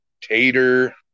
Tater